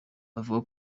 avuga